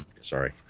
Sorry